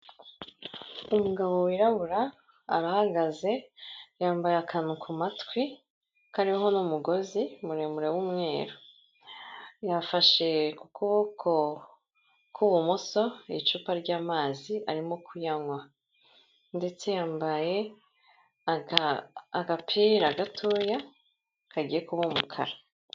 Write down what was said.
Umugabo wirabura, arahagaze yambaye akantu ku matwi kariho n'umugozi muremure w'umweru. Yafashe ku kuboko k'ubumoso ku icupa ry'amazi arimo kuyanywa. Ndetse yambaye agapira gatoya kagiye kuba umukara.